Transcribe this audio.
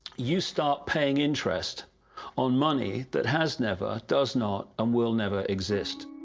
you start paying interest on money, that has never, does not and will never exist.